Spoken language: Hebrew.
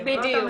הן,